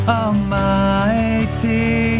almighty